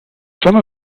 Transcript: some